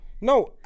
No